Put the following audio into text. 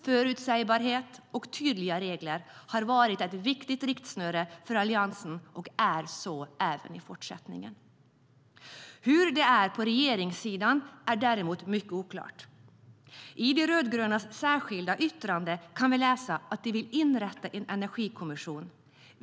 Förutsägbarhet och tydliga regler har varit ett viktigt rättesnöre för Alliansen och är så även i fortsättningen. Hur det är på regeringssidan är däremot mycket oklart. I det särskilda yttrandet från de rödgröna kan vi läsa att man vill inrätta en energikommission.